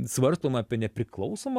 svarstoma apie nepriklausomą